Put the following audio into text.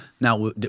Now